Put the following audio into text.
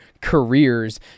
careers